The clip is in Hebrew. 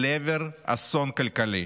לעבר אסון כלכלי.